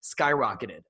Skyrocketed